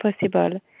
possible